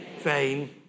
vain